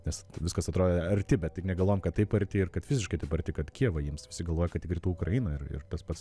nes viskas atrodė arti bet tik negalvojom kad taip arti ir kad fiziškai taip arti kad kijevą ims visi galvojo kad tik rytų ukrainą ir ir tas pats